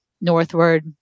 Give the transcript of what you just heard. northward